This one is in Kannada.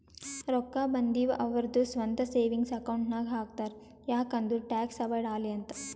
ರೊಕ್ಕಾ ಬಂದಿವ್ ಅವ್ರದು ಸ್ವಂತ ಸೇವಿಂಗ್ಸ್ ಅಕೌಂಟ್ ನಾಗ್ ಹಾಕ್ತಾರ್ ಯಾಕ್ ಅಂದುರ್ ಟ್ಯಾಕ್ಸ್ ಅವೈಡ್ ಆಲಿ ಅಂತ್